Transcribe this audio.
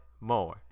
more